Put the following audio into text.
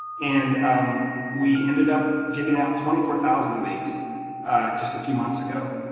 and um we ended up giving out twenty four thousand of these just a few months ago,